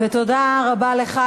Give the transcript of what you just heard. תודה רבה לך,